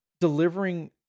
delivering